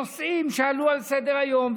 נושאים שעלו על סדר-היום,